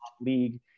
league